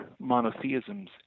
monotheisms